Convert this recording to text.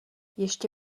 ještě